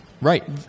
Right